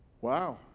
Wow